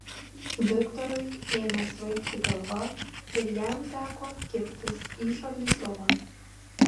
viktorui ėmė svaigti galva ir jam teko kibtis į šaldytuvą